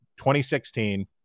2016